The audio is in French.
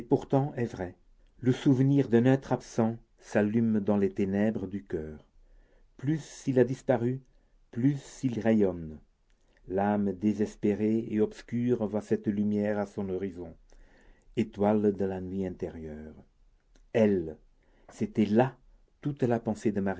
est vrai le souvenir d'un être absent s'allume dans les ténèbres du coeur plus il a disparu plus il rayonne l'âme désespérée et obscure voit cette lumière à son horizon étoile de la nuit intérieure elle c'était là toute la pensée de